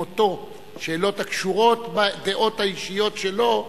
אותו שאלות הקשורות בדעות האישיות שלו,